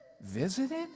visited